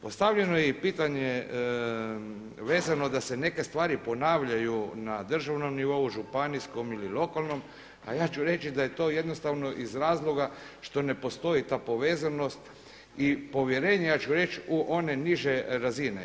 Postavljeno je i pitanje vezano da se neke stvari ponavljaju na državnom nivou, županijskom ili lokalnom, a ja ću reći da je to jednostavno iz razloga što ne postoji ta povezanost i povjerenje ja ću reći u one niže razine.